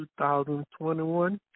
2021